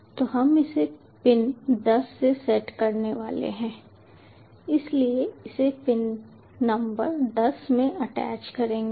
तो हम इसे पिन 10 से सेट करने वाले हैं इसलिए इसे पिन नंबर 10 में अटैच्ड करेंगे